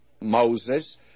Moses